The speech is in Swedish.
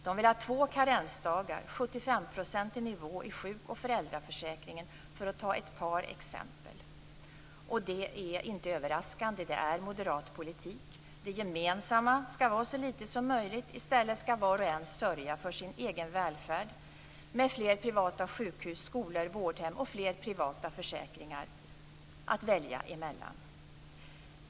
De vill ha två karensdagar och 75-procentig nivå i sjuk och föräldraförsäkringen, för att ta ett par exempel. Det är inte överraskande - det är moderat politik. Det gemensamma skall vara så litet som möjligt. I stället skall var och en sörja för sin egen välfärd med fler privata sjukhus, skolor, vårdhem och fler privata försäkringar att välja emellan.